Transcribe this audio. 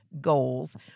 goals